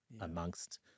amongst